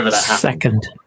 Second